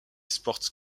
sports